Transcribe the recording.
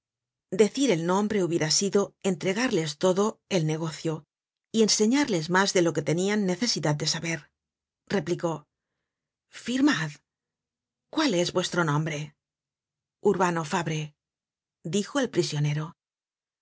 decir el nombre hubiera sido entregarles todo el negocio y enseñarles mas de lo que tenian necesidad de saber replicó firmad cuál es vuestro nombre urbano fabre dijo el prisionero